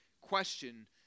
question